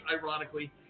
ironically